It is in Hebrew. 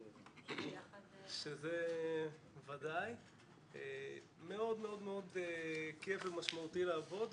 מאוד כייף ומשמעותי לעבוד,